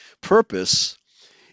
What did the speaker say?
purpose